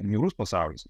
niūrus pasaulis